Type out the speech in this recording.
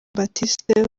baptiste